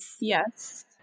Yes